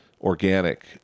organic